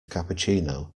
cappuccino